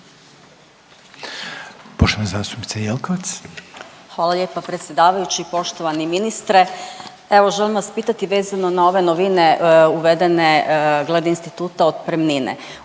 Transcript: **Jelkovac, Marija (HDZ)** Hvala lijepa predsjedavajući. Poštovani ministre, evo želim vas pitati vezano na ove novine uvedene glede instituta otpremnine.